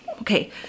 okay